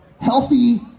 healthy